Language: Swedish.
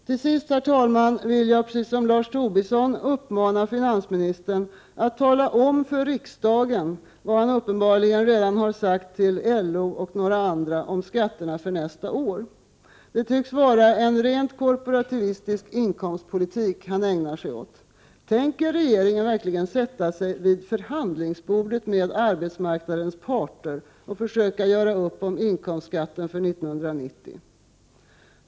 Till sist vill jag, precis som Lars Tobisson, uppmana finansministern att tala om för riksdagen vad han uppenbarligen redan har sagt till LO och några andra om skatterna för nästa år. Det tycks vara en rent korporativistisk inkomstpolitik han ägnar sig åt. Tänker regeringen verkligen sätta sig vid förhandlingsbordet med arbetsmarknadens parter och försöka göra upp om inkomstskatten för 1990?